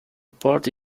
party